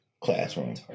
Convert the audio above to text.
classroom